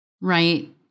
Right